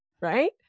Right